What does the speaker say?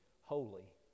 holy